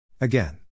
Again